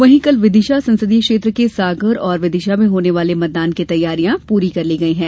वही कल विदिशा संसदीय क्षेत्र के सागर और विदिशा में होने वाले मतदान की तैयारियां पूर्ण कर ली गयी है